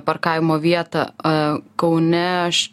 parkavimo vietą kaune aš